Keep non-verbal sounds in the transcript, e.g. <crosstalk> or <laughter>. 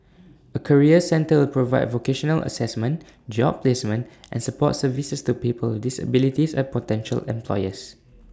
A career centre will provide vocational Assessment job placement <noise> and support services to people disabilities and potential <noise> employers